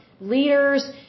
leaders